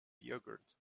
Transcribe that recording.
yoghurt